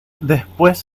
después